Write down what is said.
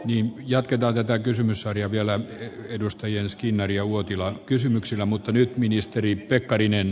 niin jatketaan töitä kysymyssarja vielä edustajien skinnari uotila kysymyksillä mutta nyt ministeri pekkarinen